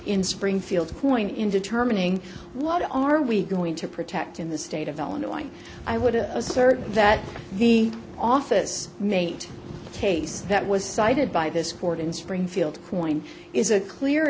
in springfield point in determining what are we going to protect in the state of illinois i wouldn't assert that the office mate case that was cited by this court in springfield coin is a clear